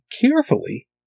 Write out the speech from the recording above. carefully